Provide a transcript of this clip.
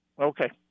Okay